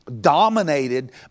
dominated